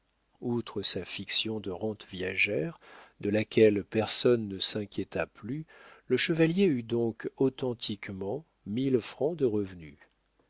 outre sa fiction de rente viagère de laquelle personne ne s'inquiéta plus le chevalier eut donc authentiquement mille francs de revenu